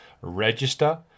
register